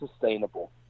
sustainable